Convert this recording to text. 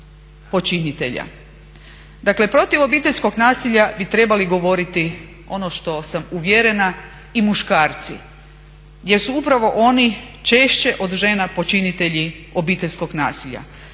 Dakle protiv obiteljskog nasilja bi trebali govoriti ono što sam uvjerena i muškarci jer su upravo oni češće od žena počinitelji obiteljskog nasilja.